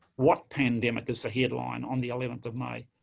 what pandemic is the headline on the eleventh of may?